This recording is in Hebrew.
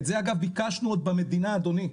את זה אגב ביקשנו עוד במדינה אדוני,